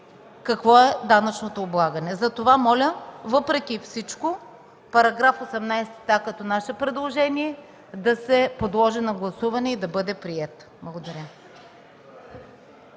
какво е данъчното облагане. Затова моля, въпреки всичко, § 18 като наше предложение да се подложи на гласуване и да бъде прието. Благодаря.